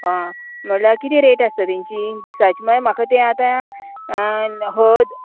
आं म्हळ्यार कितें रेट आसता तेंची दिसाचे म्हळ्यार म्हाका ते आतां हळद